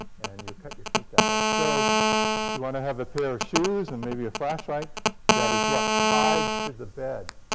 and you'll cut your feet that way. so you want to have a pair of shoes and maybe a flashlight that is, what, tied to the bed.